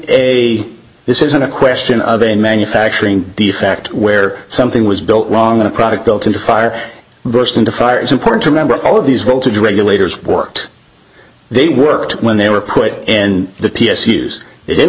a this isn't a question of a manufacturing defect where something was wrong in a product built into fire burst into fire it's important to remember all of these voltage regulators worked they worked when they were put and the p s use it didn't